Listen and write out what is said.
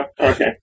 okay